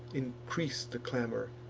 increase the clamor,